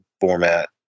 format